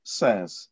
says